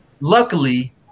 luckily